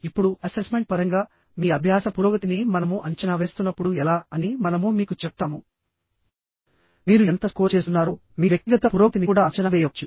ఇప్పుడు అసెస్మెంట్ పరంగామీ అభ్యాస పురోగతిని మనము అంచనా వేస్తున్నప్పుడు ఎలా అని మనము మీకు చెప్తాము మీరు ఎంత స్కోర్ చేస్తున్నారో మీరు మీ వ్యక్తిగత పురోగతిని కూడా అంచనా వేయవచ్చు